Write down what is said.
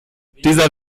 dieser